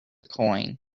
coin